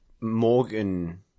Morgan